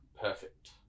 perfect